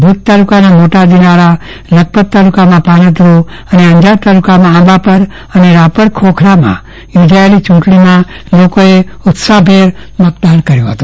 ભુજ તાલુકાના મોટા દિનારા લખપત તાલુકમાં પાનધ્રો અને અંજાર તાલુકમાં આંબાપર રાપર ખોખરામાં પણ યોજાયેલ યુંટણીમાં લોકોએ ઉત્સાહબેર મતદાન કર્યુ હતું